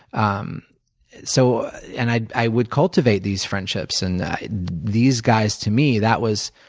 um so and i i would cultivate these friendships and these guys, to me, that was,